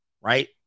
Right